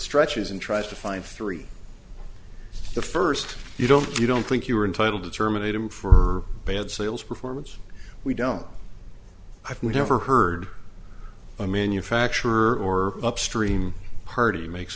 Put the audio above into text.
stretches and tries to find three the first you don't you don't think you are entitled to terminate him for bad sales performance we don't i've never heard a manufacturer or upstream party make